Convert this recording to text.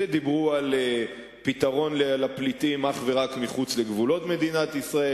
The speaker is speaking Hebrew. שדיברו על פתרון לפליטים אך ורק מחוץ לגבולות מדינת ישראל,